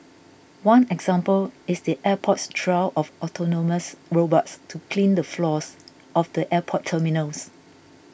one example is the airport's trial of autonomous robots to clean the floors of the airport terminals